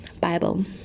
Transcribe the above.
Bible